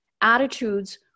attitudes